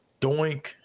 Doink